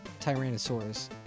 Tyrannosaurus